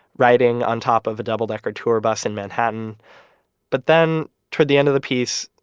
riding on top of a double decker tour bus in manhattan but then toward the end of the piece,